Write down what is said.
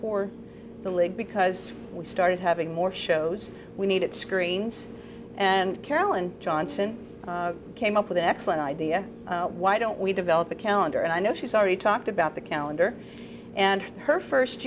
for the league because we started having more shows we needed screens and carolyn johnson came up with an excellent idea why don't we develop a calendar and i know she's already talked about the calendar and her first